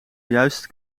juist